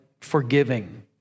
forgiving